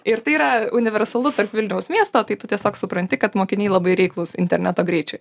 ir tai yra universalu tarp vilniaus miesto tai tu tiesiog supranti kad mokiniai labai reiklūs interneto greičiui